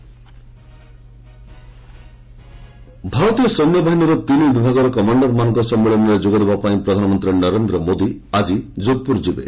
PM Jodhpur ଭାରତୀୟ ସୈନ୍ୟ ବାହିନୀର ତିନି ବିଭାଗର କମାଣ୍ଡରମାନଙ୍କ ସମ୍ମିଳନୀରେ ଯୋଗ ଦେବା ପାଇଁ ପ୍ରଧାନମନ୍ତ୍ରୀ ନରେନ୍ଦ୍ର ମୋଦି ଆକି ଯୋଧପୁର ଯିବେ